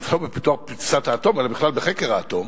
לא בפיתוח פצצת האטום, אלא בכלל בחקר האטום,